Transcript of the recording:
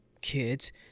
kids